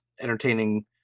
entertaining